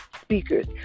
speakers